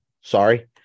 sorry